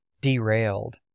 derailed